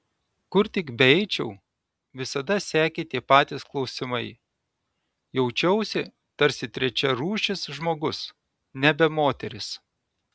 kur tik beeičiau visada sekė tie patys klausimai jaučiausi tarsi trečiarūšis žmogus nebe moteris